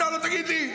אתה לא תגיד לי.